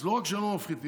אז לא רק שהם לא מפחיתים,